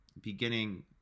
beginning